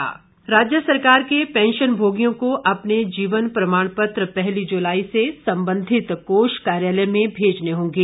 पैंशनभोगी राज्य सरकार के पैंशनभोगियों को अपने जीवन प्रमाण पत्र पहली जुलाई से संबंधित कोष कार्यालय में भेजने होंगे